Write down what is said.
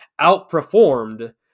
outperformed